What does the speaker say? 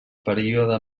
període